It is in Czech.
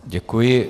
Děkuji.